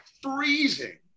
freezing